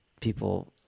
people